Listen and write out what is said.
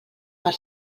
per